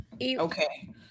Okay